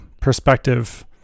perspective